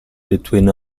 between